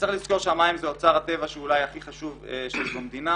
צריך לזכור שהמים הם אוצר הטבע אולי הכי חשוב שיש במדינה